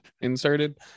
inserted